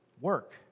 work